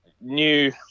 new